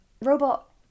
Robot